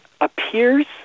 appears